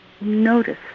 notice